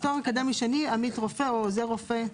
אקדמי שני, עמית רופא או עוזר רופא.